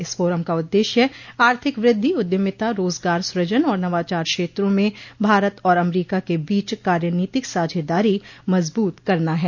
इस फोरम का उद्देश्य आर्थिक वृद्धि उद्यमिता रोजगार सूजन और नवाचार क्षेत्रों में भारत और अमरीका के बीच कार्यनीतिक साझेदारी मजबूत करना है